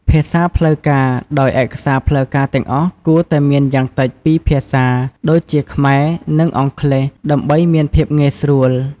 ភាសាផ្លូវការដោយឯកសារផ្លូវការទាំងអស់គួរតែមានយ៉ាងតិចពីរភាសា ដូចជាខ្មែរ និងអង់គ្លេស ដើម្បីមានភាពងាយស្រួល។